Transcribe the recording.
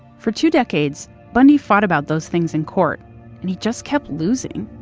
for two decades, bundy fought about those things in court and he just kept losing.